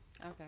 Okay